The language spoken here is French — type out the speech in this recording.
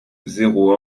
zéro